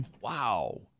Wow